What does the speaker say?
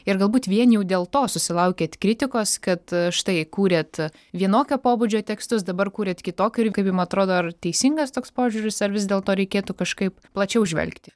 ir galbūt vien jau dėl to susilaukėt kritikos kad štai kūrėt vienokio pobūdžio tekstus dabar kuriat kitokio ir kaip jum atrodo ar teisingas toks požiūris ar vis dėlto reikėtų kažkaip plačiau žvelgti